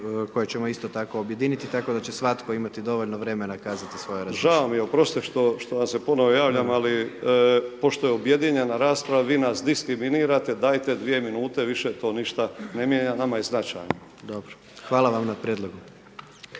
koje ćemo isto tako objediniti, tako da će svatko imati dovoljno vremena kazati svoje razmišljanje. **Lovrinović, Ivan (Promijenimo Hrvatsku)** Žao mi je, oprostite što vam se ponovo javljam, ali pošto je objedinjena rasprava, vi nas diskriminirate, dajte dvije minute više, to ništa ne mijenja, nama je značajno. **Jandroković,